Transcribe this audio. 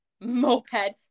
Moped